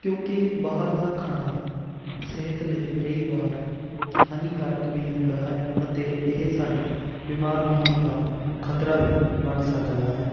ਕਿਉਂਕਿ ਬਾਹਰ ਦਾ ਖਾਣਾ ਸਿਹਤ ਲਈ ਕਈ ਵਾਰ ਹਾਨੀਕਾਰਕ ਵੀ ਹੁੰਦਾ ਹੈ ਅਤੇ ਇਹ ਸਾਡੇ ਬਿਮਾਰ ਹੋਣ ਦਾ ਖਤਰਾ ਵੀ ਬਣ ਸਕਦਾ ਹੈ